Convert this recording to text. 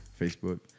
Facebook